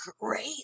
great